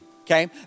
okay